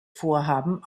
vorhaben